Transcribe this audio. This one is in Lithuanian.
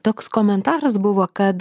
toks komentaras buvo kad